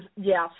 yes